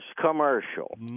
commercial